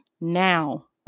now